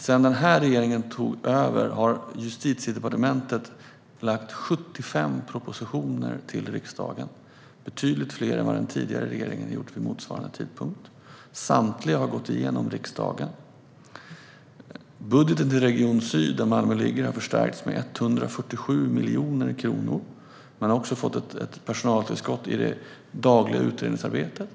Sedan den här regeringen tog över har Justitiedepartementet lagt fram 75 propositioner till riksdagen. Det är betydligt fler än den tidigare regeringen hade lagt fram vid motsvarande tidpunkt. Samtliga har gått igenom i riksdagen. Budgeten till Polisregion Syd, där Malmö ligger, har förstärkts med 147 miljoner kronor. Man har också fått ett personaltillskott i det dagliga utredningsarbetet.